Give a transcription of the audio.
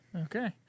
Okay